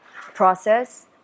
process